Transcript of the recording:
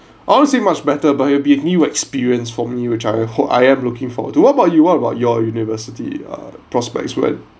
honestly much better but it'll be a new experience for me which I hope I am looking forward to what about you what about your university uh prospects when